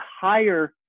higher